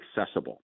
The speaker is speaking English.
accessible